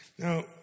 Now